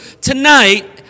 tonight